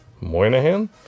Moynihan